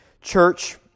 church